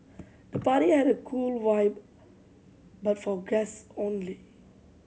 the party had a cool vibe but for guests only